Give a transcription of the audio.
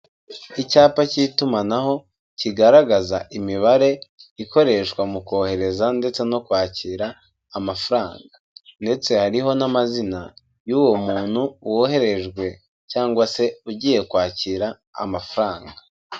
Icyapa cy'itumanaho kigaragaza imibare ikoreshwa mu kohereza ndetse no kwakira amafaranga ndetse hariho n'amazina y'uwo muntu woherejwe cyangwa se ugiye kwakira amafaranga.